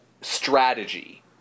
strategy